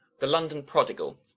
the london prodigal